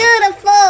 beautiful